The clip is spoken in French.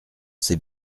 c’est